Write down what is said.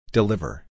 Deliver